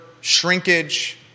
shrinkage